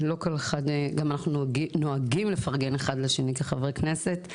אנחנו נוהגים לפרגן אחד לשני כחברי כנסת,